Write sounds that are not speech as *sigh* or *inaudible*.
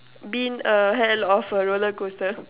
been a hell of a roller coaster *laughs*